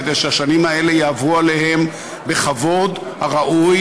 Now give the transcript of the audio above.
כדי שהשנים האלה יעברו עליהם בכבוד הראוי